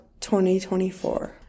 2024